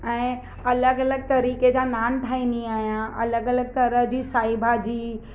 ऐं अलॻि अलॻि तरीक़े जा नान ठाहींदी आहियां अलॻि अलॻि तरह जी साई भाॼी